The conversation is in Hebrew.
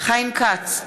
חיים כץ,